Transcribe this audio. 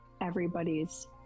everybody's